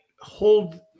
hold